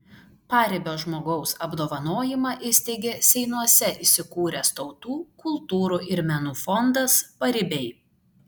paribio žmogaus apdovanojimą įsteigė seinuose įsikūręs tautų kultūrų ir menų fondas paribiai